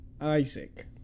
Isaac